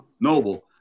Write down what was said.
Noble